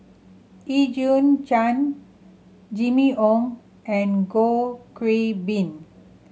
Eugene Chen Jimmy Ong and Goh Kiu Bin